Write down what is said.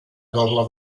doble